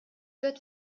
wird